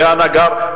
והנגר,